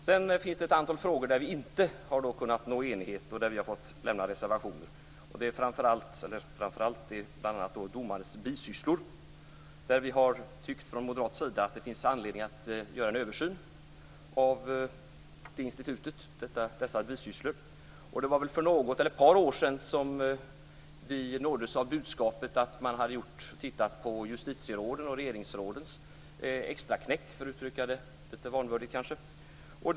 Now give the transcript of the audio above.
Det finns också ett antal frågor där utskottet inte har kunnat nå någon enighet och där vi har fått reservera oss. Det gäller bl.a. domarnas bisysslor. Från moderat sida tycker vi att det finns anledning att göra en översyn av detta. För ett par år sedan nåddes vi av budskapet att man hade sett över justitierådens och regeringsrådens extraknäck, för att uttrycka det litet vanvördigt.